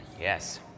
yes